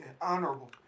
Honorable